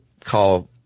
call